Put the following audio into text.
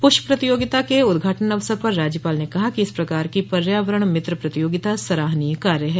पृष्प प्रतियोगिता के उद्घाटन अवसर पर राज्यपाल ने कहा कि इस प्रकार की पर्यावरण मित्र प्रतियोगिता सराहनीय कार्य है